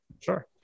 Sure